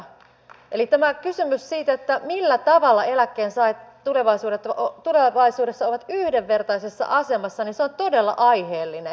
tämä kysymys siitä millä tavalla eläkkeensaajat tulevaisuudessa ovat yhdenvertaisessa asemassa on todella aiheellinen